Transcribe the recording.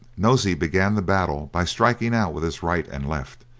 nosey began the battle by striking out with his right and left,